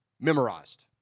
memorized